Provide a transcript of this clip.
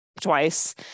Twice